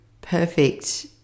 perfect